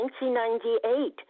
1998